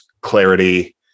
clarity